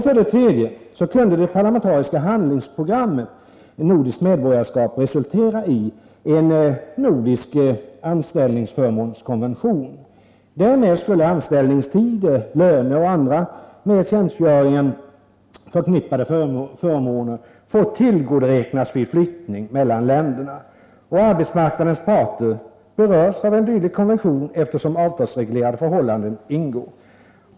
För det tredje kunde det parlamentariska handlingsprogrammet Nordiskt medborgskap resultera i en nordisk anställningsförmånskonvention. Därmed skulle anställningstid, löneoch andra med tjänstgöringen förknippade förmåner få tillgodoräknas vid flyttning mellan länderna. Arbetsmarknadens parter berörs av en dylik konvention, eftersom avtalsreglerade förhållanden ingår.